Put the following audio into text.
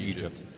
Egypt